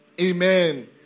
Amen